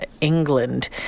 England